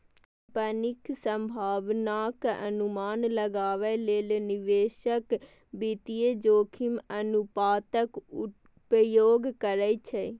कंपनीक संभावनाक अनुमान लगाबै लेल निवेशक वित्तीय जोखिम अनुपातक उपयोग करै छै